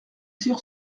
cyr